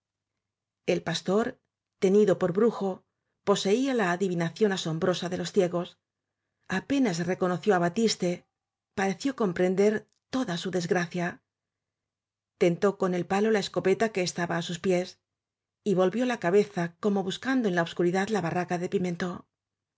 el pastor tenido por brujo poseía la adi vinación asombrosa de los ciegos apenas re conoció á batiste pareció comprender toda su desgracia tentó con el palo la escopeta que estaba á sus pies y volvió la cabeza como bus cando en la obscuridad la barraca de